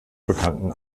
bekannten